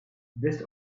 based